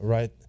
right